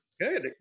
Good